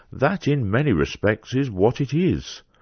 that in many respects, is what it is.